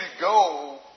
go